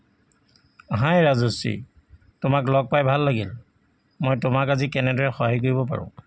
হাই ৰাজশ্ৰী তোমাক লগ পাই ভাল লাগিল মই তোমাক আজি কেনেদৰে সহায় কৰিব পাৰো